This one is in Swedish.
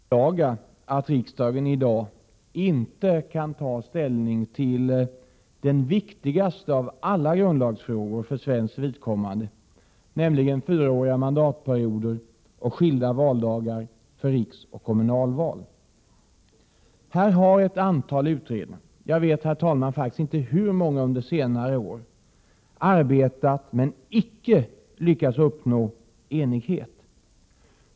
Herr talman! Det finns anledning att beklaga att riksdagen i dag inte kan ta ställning till den viktigaste av alla grundlagsfrågor för svenskt vidkommande, nämligen fyraåriga mandatperioder och skilda valdagar för riksoch kommunalval. Här har ett antal utredningar — jag vet, herr talman, faktiskt inte hur många — under senare år arbetat men icke lyckats uppnå enighet.